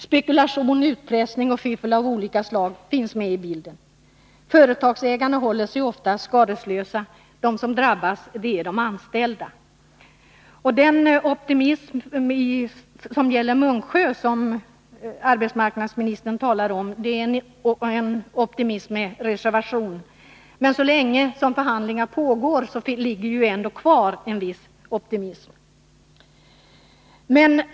Spekulation, utpressning och fiffel av olika slag finns med i bilden. Företagsägarna håller sig oftast skadeslösa — de som drabbas är de anställda. Optimismen i fråga om Munksjö, som arbetsmarknadsministern talade om, är en optimism med reservation. Men så länge som förhandlingar pågår finns det ändå en viss optimism kvar.